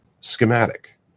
schematic